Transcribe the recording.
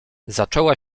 zaczęła